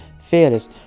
Fearless